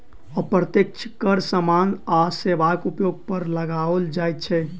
अप्रत्यक्ष कर सामान आ सेवाक उपयोग पर लगाओल जाइत छै